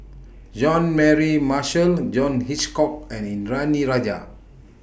Jean Mary Marshall John Hitchcock and Indranee Rajah